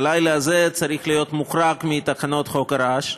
הלילה הזה צריך להיות מוחרג מתקנות חוק הרעש.